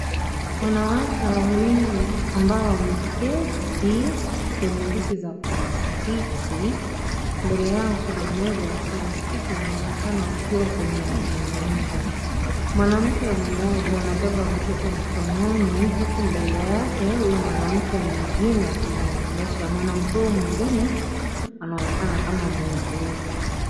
Wanawake wawili ambao wameketi kwenye viti za plastiki. Mbele yao kuna meza ya plastiki wanaonekana wakiwa kwenye mazungumzo. Mwanamke mmoja amebeba mtoto mkononi huku mbele yake huyo mwanamke mwengine akimwongelesha. Mwanamke huyo mwengine anaonekana kama muuguzi.